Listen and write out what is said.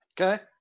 Okay